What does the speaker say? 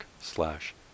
slash